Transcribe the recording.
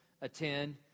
attend